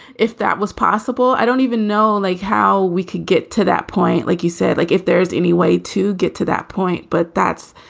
if that was possible, i don't even know, like how we could get to that point like you said, like if there's any way to get to that point. but that's